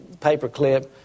paperclip